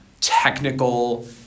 technical